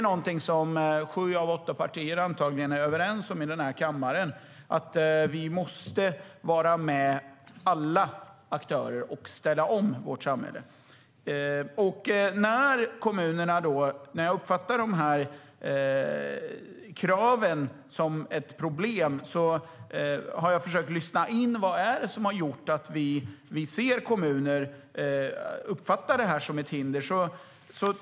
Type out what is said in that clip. Antagligen är sju av åtta partier i den här kammaren överens om att alla aktörer måste vara med och ställa om vårt samhälle. Jag har försökt lyssna in varför kommuner uppfattar det här som ett hinder.